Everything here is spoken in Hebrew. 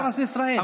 הוא קיבל פרס ישראל.